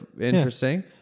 interesting